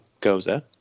goza